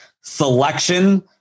selection